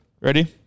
Ready